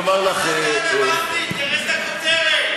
תראה את הכותרת.